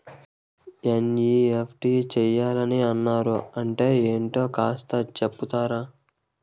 NEFT చేయాలని అన్నారు అంటే ఏంటో కాస్త చెపుతారా?